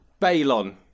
Balon